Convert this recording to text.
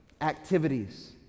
activities